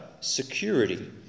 security